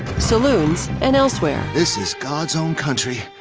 saloons and elsewhere. this is god's own country,